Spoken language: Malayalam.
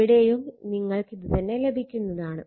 ഇവിടെയും നിങ്ങൾക്ക് ഇത് തന്നെ ലഭിക്കുന്നതാണ്